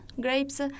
grapes